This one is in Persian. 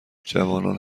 جوانان